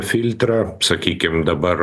filtrą sakykim dabar